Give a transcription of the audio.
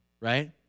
right